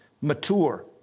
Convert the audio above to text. mature